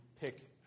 pick